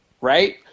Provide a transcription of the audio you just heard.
right